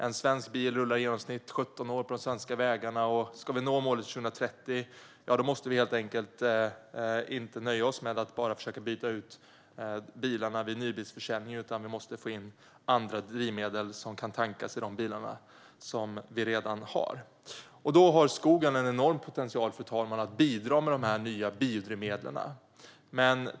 En svensk bil rullar i genomsnitt 17 år på de svenska vägarna. Om vi ska nå målet till 2030 får vi inte nöja oss med att bara byta ut bilarna vid nybilsförsäljning, utan vi måste få in andra drivmedel som kan tankas i de bilar som redan finns. Skogen har en enorm potential, fru talman, att bidra med de nya biodrivmedlen.